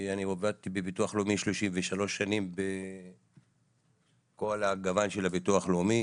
אני עבדתי בביטוח לאומי 33 שנים בכל הגוון של הביטוח הלאומי,